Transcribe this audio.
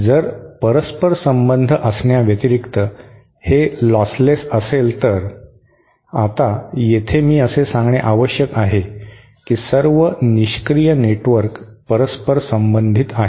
जर परस्परसंबंध असण्या व्यतिरिक्त हे लॉसलेस असेल तर आता येथे मी असे सांगणे आवश्यक आहे की सर्व निष्क्रीय नेटवर्क परस्पर संबंधित आहेत